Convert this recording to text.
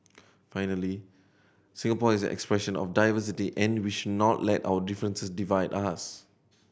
finally Singapore is an expression of diversity and we should not let our differences divide us